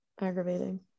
aggravating